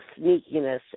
sneakiness